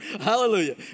Hallelujah